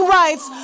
rights